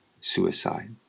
suicide